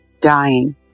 dying